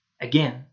again